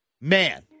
man